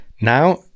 Now